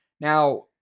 Now